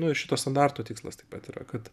nu ir šito standarto tikslas taip pat yra kad